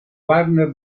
warner